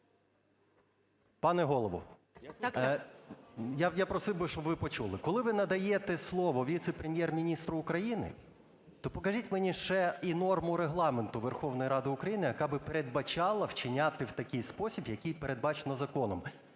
ПАПІЄВ М.М. Я просив би, щоб ви почули. Коли ви надаєте слово віце-прем'єр-міністру України, то покажіть мені ще і норму Регламенту Верховної Ради України, яка би передбачала вчиняти в такий спосіб, який передбачено законом.